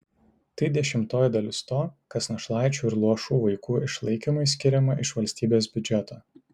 tai dešimtoji dalis to kas našlaičių ir luošų vaikų išlaikymui skiriama iš valstybės biudžeto